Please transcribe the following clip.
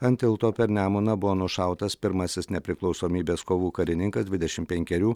ant tilto per nemuną buvo nušautas pirmasis nepriklausomybės kovų karininkas dvidešim penkerių